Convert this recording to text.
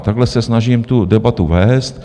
Takhle se snažím tu debatu vést.